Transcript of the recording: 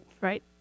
Right